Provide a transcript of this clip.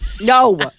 No